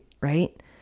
right